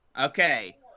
Okay